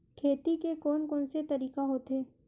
खेती के कोन कोन से तरीका होथे?